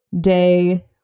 day